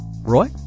Roy